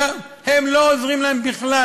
שם הם לא עוזרים להם בכלל.